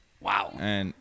Wow